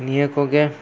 ᱱᱤᱭᱟᱹ ᱠᱚᱜᱮ